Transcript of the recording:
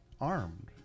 armed